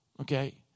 okay